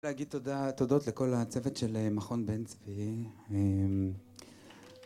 להגיד תודה... תודות לכל הצוות של מכון בן צבי. המ...